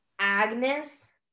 Agnes